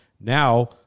Now